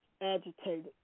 agitated